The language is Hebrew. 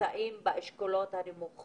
הרבה